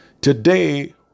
Today